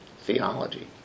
theology